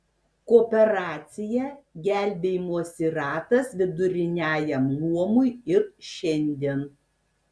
kooperacija gelbėjimosi ratas viduriniajam luomui ir šiandien